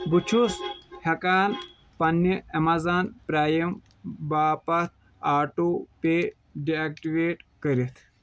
بہٕٕ چھُس ہٮ۪کان پننہِ امیزان پرٛایِم باپتھ آٹو پے ڈِ ایکٹویٹ کٔرِتھ